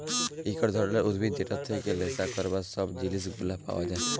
একট ধরলের উদ্ভিদ যেটর থেক্যে লেসা ক্যরবার সব জিলিস গুলা পাওয়া যায়